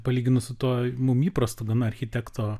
palyginus su tuo mum įprastu gana architekto